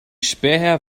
späher